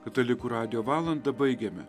katalikų radijo valandą baigėme